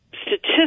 statistics